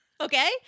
Okay